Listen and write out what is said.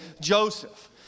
Joseph